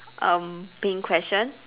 um pink question